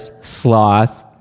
sloth